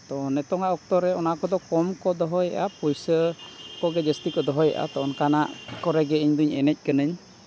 ᱛᱳ ᱱᱤᱛᱚᱜᱼᱟᱜ ᱚᱠᱛᱚᱨᱮ ᱚᱱᱟ ᱠᱚᱫᱚ ᱠᱚᱢ ᱠᱚ ᱫᱚᱦᱚᱭᱮᱫᱟ ᱯᱚᱭᱥᱟᱹ ᱠᱚᱜᱮ ᱡᱟᱹᱥᱛᱤ ᱠᱚ ᱫᱚᱦᱚᱭᱮᱫᱼᱟ ᱠᱚ ᱚᱱᱠᱟᱱᱟᱜ ᱠᱚᱨᱮᱜᱤ ᱤᱧᱫᱚᱧ ᱮᱱᱮᱡ ᱠᱟᱹᱱᱟᱹᱧ